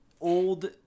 old